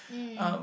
mm